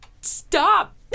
stop